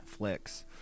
Netflix